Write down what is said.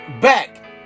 back